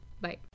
Bye